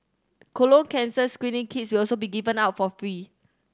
colon cancer screening kits will also be given out for free